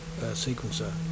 sequencer